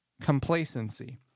complacency